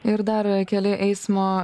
ir dar keli eismo